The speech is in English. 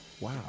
Wow